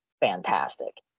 fantastic